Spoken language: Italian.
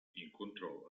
incontrò